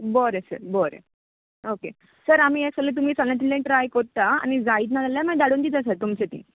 बरें सर बरें okay sir आमी हें सांगले तुमी सांगला तेशे ट्राय करता आनी जायचना जाल्यार धाडून दिता सर तुमचे थंय